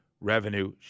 revenue